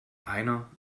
einer